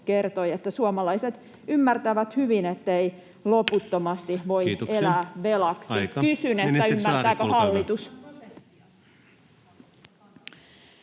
että suomalaiset ymmärtävät hyvin, ettei loputtomasti voi elää velaksi. Kehysmenettelyn rikkominen